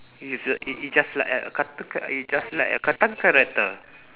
it is a it it just like a cartoon cha~ it just like a cartoon character